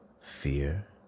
fear